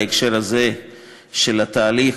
בהקשר הזה של התהליך,